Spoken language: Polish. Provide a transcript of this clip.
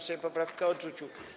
Sejm poprawkę odrzucił.